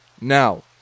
Now